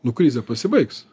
nu krizė pasibaigs